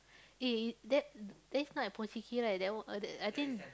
eh is that that is not at Pochinki right that one or that I think